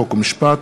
חוק ומשפט.